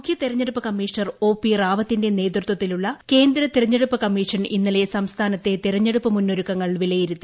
മുഖ്യ തെരഞ്ഞെടുപ്പ് commissioner O P റാവുത്തറിന്റെ നേതൃത്വത്തിലുള്ള കേന്ദ്ര തെരഞ്ഞെടുപ്പ് കമ്മീഷൻ ഇന്നലെ സംസ്ഥാനത്തെ തെരഞ്ഞെടുപ്പ് വിലയിരുത്തി